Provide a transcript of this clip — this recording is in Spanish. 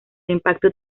impacto